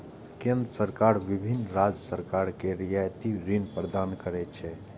केंद्र सरकार विभिन्न राज्य सरकार कें रियायती ऋण प्रदान करै छै